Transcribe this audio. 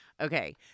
Okay